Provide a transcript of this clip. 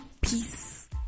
peace